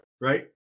right